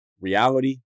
reality